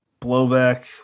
blowback